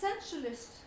essentialist